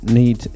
need